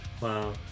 Wow